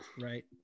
right